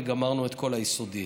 וגמרנו את כל היסודי.